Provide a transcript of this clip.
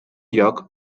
lloc